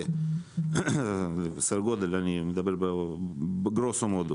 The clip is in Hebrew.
אני מדבר בגרוסו מודו,